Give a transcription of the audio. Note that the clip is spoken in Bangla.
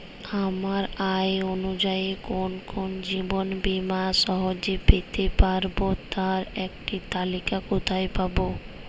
আমার আয় অনুযায়ী কোন কোন জীবন বীমা সহজে পেতে পারব তার একটি তালিকা কোথায় পাবো?